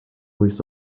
wyth